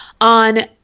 On